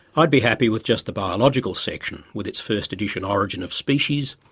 i'd be happy with just the biological section with its first edition origin of species,